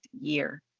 year